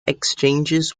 exchanges